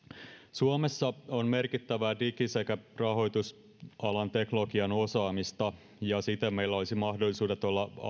suomessa on merkittävää digi sekä rahoitusalan teknologian osaamista ja siten meillä olisi mahdollisuudet olla